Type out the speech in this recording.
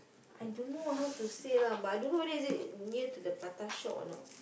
I don't know how to say lah but I don't know whether is it near to the Prata shop or not